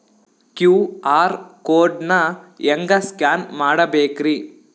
QR code ನಾ ಹೆಂಗ scan ಮಾಡಬೇಕ್ರಿ?